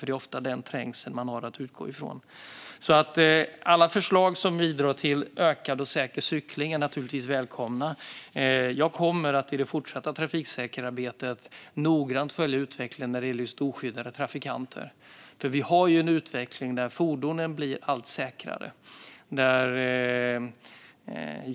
Det är ofta den trängseln man har att utgå från. Alla förslag som bidrar till ökad och säker cykling är naturligtvis välkomna. Jag kommer i det fortsatta trafiksäkerhetsarbetet noggrant att följa utvecklingen när det gäller just oskyddade trafikanter. Vi har en utveckling där fordonen blir allt säkrare.